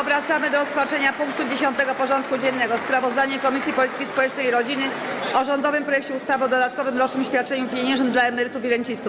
Powracamy do rozpatrzenia punktu 10. porządku dziennego: Sprawozdanie Komisji Polityki Społecznej i Rodziny o rządowym projekcie ustawy o dodatkowym rocznym świadczeniu pieniężnym dla emerytów i rencistów.